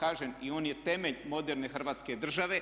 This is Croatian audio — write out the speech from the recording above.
Kažem i on je temelj moderne Hrvatske države,